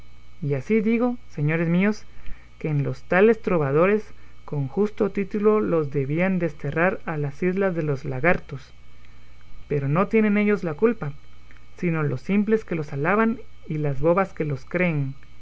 y así digo señores míos que los tales trovadores con justo título los debían desterrar a las islas de los lagartos pero no tienen ellos la culpa sino los simples que los alaban y las bobas que los creen